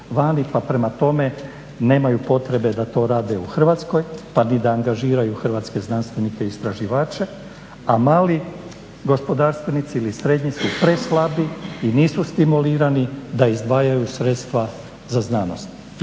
pa prema tome nemaju potrebe da to rade u Hrvatskoj pa ni da angažiraju hrvatske znanstvenike i istraživače, a mali gospodarstvenici ili srednji su preslabi i nisu stimulirani da izdvajaju sredstva za znanost